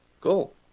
cool